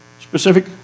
Specific